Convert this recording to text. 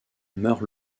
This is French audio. meurt